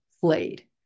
played